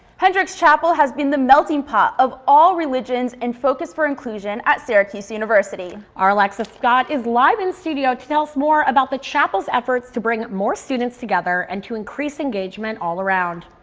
hendricks chapel has been the melting pot of all religions and a focus for inclusion at syracuse university. our alexis scott is live in studio to tell us more about the chapel's efforts to bring more students together and to increase engagement all around.